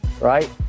right